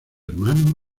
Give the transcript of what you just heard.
hermano